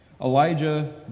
Elijah